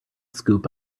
scoop